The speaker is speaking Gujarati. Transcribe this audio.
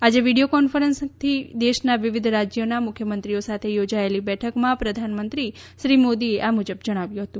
આજે વીડિયો કોન્ફરન્સથી દેશના વિવિધ રાજ્યોના મુખ્યમંત્રીઓ સાથે યોજાયેલી બેઠકમાં પ્રધાનમંત્રી શ્રી મોદીએ આ મુજબ જણાવ્યું હતું